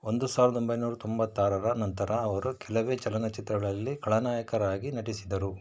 ಒಂದು ಸಾವಿರದ ಒಂಬೈನೂರ ತೊಂಬತ್ತಾರರ ನಂತರ ಅವರು ಕೆಲವೇ ಚಲನಚಿತ್ರಗಳಲ್ಲಿ ಖಳನಾಯಕರಾಗಿ ನಟಿಸಿದರು